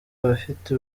abafite